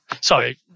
sorry